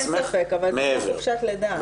אין ספק אבל זה כמו חופשת לידה.